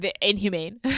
inhumane